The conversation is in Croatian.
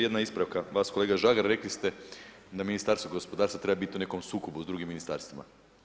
jedna ispravka, pa kolega Žagar, rekli ste da Ministarstvo gospodarstva trebalo biti u nekom sukobu s drugim ministarstvima.